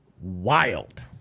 wild